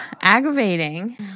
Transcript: Aggravating